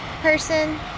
person